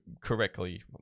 correctly